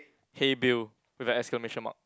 hey Bill with an exclamation mark